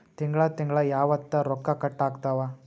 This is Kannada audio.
ತಿಂಗಳ ತಿಂಗ್ಳ ಯಾವತ್ತ ರೊಕ್ಕ ಕಟ್ ಆಗ್ತಾವ?